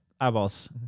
eyeballs